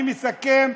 אני מסכם.